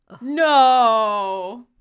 No